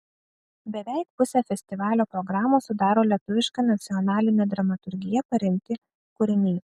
beveik pusę festivalio programos sudaro lietuviška nacionaline dramaturgija paremti kūriniai